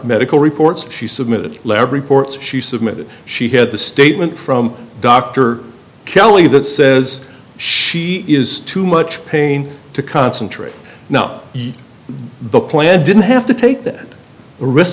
medical reports she submitted lab reports she submitted she had the statement from dr kelly that says she is too much pain to concentrate now the plan didn't have to take that r